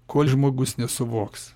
kol žmogus nesuvoks